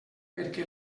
perquè